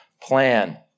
plan